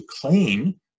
claim